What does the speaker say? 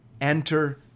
Enter